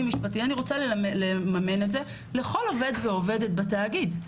משפטי אני רוצה לממן את זה לכל עובד ועובדת בתאגיד,